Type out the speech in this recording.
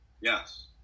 Yes